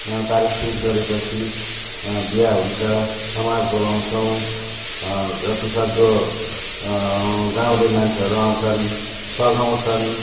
तारिक फिक्स गरेपछि बिहा हुन्छ समाज बोलाउँछौँ जतिसक्दो गाउँले मान्छेहरू आउँछन् सघाउँछन्